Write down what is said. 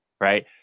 right